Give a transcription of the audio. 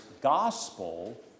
gospel